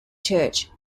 church